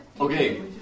Okay